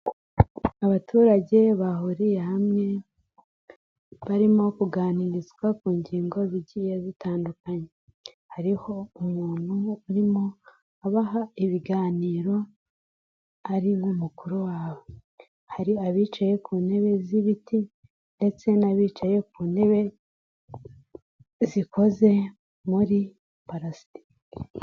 Abaturage bahuriye hamwe barimo kuganirizwa ku ngingo zigiye zitandukanye, hariho umuntu urimo abaha ibiganiro, ari nk'umukuru wabo. Hari abicaye ku ntebe z'ibiti ndetse n'abicaye ku ntebe zikoze muri parasitiki.